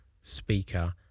speaker